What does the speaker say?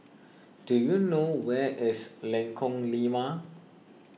do you know where is Lengkong Lima